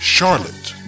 Charlotte